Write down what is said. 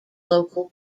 local